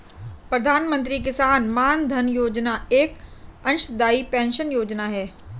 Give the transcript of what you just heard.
प्रधानमंत्री किसान मानधन योजना एक अंशदाई पेंशन योजना है